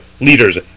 leaders